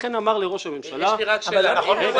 לכן הוא אמר לראש הממשלה --- יש לי רק שאלה: אם הוא